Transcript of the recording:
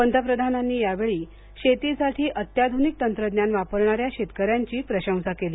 पंतप्रधानांनी यावेळी शेतीसाठी अत्याध्निक तंत्रज्ञान वापरणाऱ्या शेतकऱ्यांची प्रशंसा केली